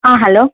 ஆ hello